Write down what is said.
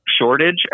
shortage